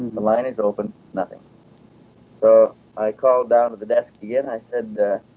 the line is open. nothing so i called down to the desk again. i said er.